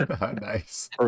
Nice